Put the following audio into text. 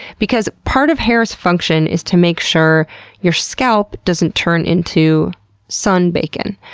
because part of hair's function is to make sure your scalp doesn't turn into sun bacon.